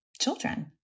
children